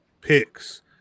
picks